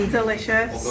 Delicious